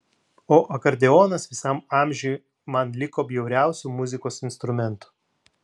o akordeonas visam amžiui man liko bjauriausiu muzikos instrumentu